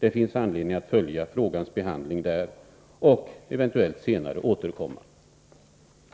Det finns anledning att följa frågans behandling där och eventuellt återkomma senare.